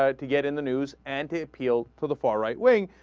ah to get in the news anti appeal for the far right wing